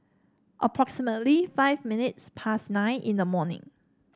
approximately five minutes past nine in the morning